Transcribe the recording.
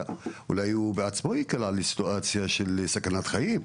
כי הוא עלול להיקלע גם לסיטואציה של סכנת חיים.